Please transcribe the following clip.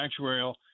actuarial